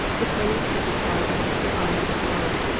the poet is describing the island of love.